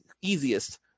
easiest